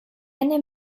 henne